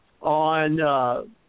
on –